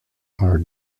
are